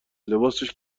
لباسش